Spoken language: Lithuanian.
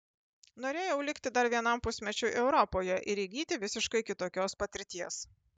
norėjau likti dar vienam pusmečiui europoje ir įgyti visiškai kitokios patirties